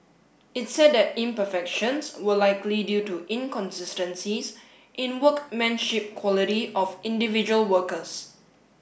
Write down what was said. it said that imperfections were likely due to inconsistencies in workmanship quality of individual workers